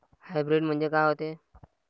Hybrid म्हनजे का होते?